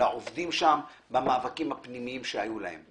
לעובדים שם במאבקים הפנימיים שהיו להם,